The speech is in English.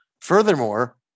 Furthermore